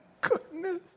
goodness